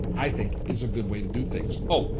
i think is a good way to do things. oh,